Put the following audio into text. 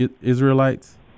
Israelites